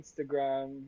instagram